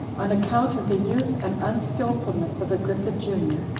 on account of the youth and unskilfulness of agrippa, junior,